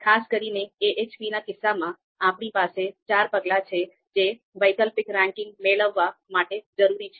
ખાસ કરીને AHP ના કિસ્સામાં આપણી પાસે ચાર પગલા છે જે વૈકલ્પિક રેન્કિંગ મેળવવા માટે જરૂરી છે